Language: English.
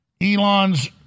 Elon's